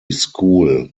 school